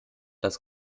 das